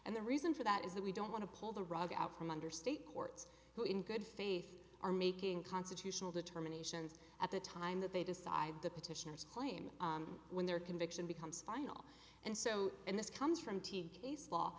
and the reason for that is that we don't want to pull the rug out from under state courts who in good faith are making constitutional determinations at the time that they decide the petitioners claim when their conviction becomes final and so and this comes from t